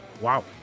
Wow